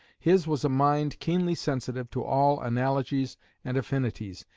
his was a mind keenly sensitive to all analogies and affinities,